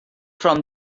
from